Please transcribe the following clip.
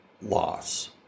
loss